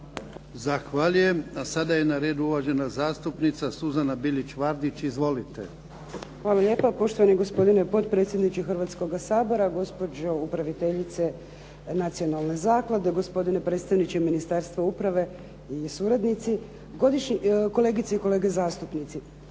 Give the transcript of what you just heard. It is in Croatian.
Zahvaljujem. A sada je na redu uvažena zastupnica Suzana Bilić Vardić. Izvolite. **Bilić Vardić, Suzana (HDZ)** Hvala lijepa, poštovani gospodine potpredsjedniče Hrvatskoga sabora. Gospođo upraviteljice Nacionalne zaklade, gospodine predstavniče Ministarstva uprave i suradnici. Kolegice i kolege zastupnici.